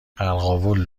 قرقاول